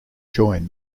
join